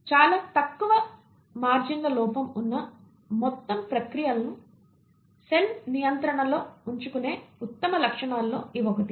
చాలా తక్కువ మార్జిన్ల లోపం ఉన్న మొత్తం ప్రక్రియలను సెల్ నియంత్రణలో ఉంచుకునే ఉత్తమ లక్షణాలలో ఇవి ఒకటి